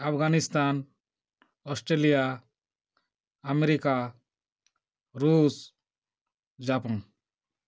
Afghanistan Australia America Russia Japan